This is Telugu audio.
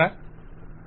క్లయింట్ హ